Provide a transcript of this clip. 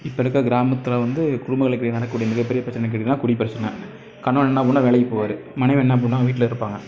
இப்போ இருக்க கிராமத்தில் வந்து குடும்பங்களுக்கு நடக்ககூடிய மிகப்பெரிய பிரச்சனை என்ன கேட்டீங்கன்னா குடிப் பிரச்சனை கணவன் என்ன பண்ணுவார் வேலைக்கு போவார் மனைவி என்ன பண்ணுவாங்க வீட்டில் இருப்பாங்க